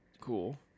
cool